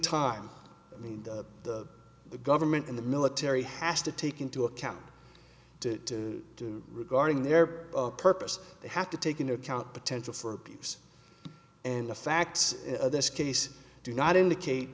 time i mean the government and the military has to take into account to do regarding their purpose they have to take into account potential for abuse and the facts in this case do not indicate